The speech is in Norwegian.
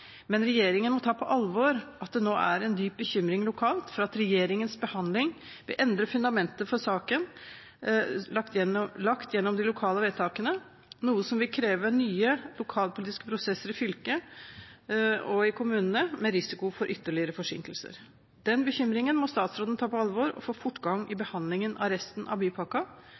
men regjeringen må ta på alvor at det nå er en dyp bekymring lokalt for at regjeringens behandling vil endre fundamentet for saken, som er lagt gjennom de lokale vedtakene, noe som vil kreve nye lokalpolitiske prosesser i fylket og i kommunene, med risiko for ytterligere forsinkelser. Den bekymringen må statsråden ta på alvor og få fortgang i